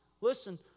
Listen